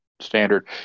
standard